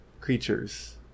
creatures